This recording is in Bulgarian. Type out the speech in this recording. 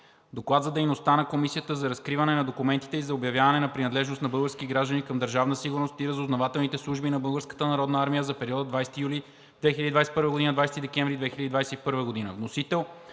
Доклад за дейността на Комисията за разкриване на документите и за обявяване на принадлежност на български граждани към Държавна сигурност и разузнавателните служби на Българската народна армия за периода 20 юли 2021 г. – 20 декември 2021 г.